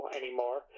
anymore